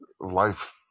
life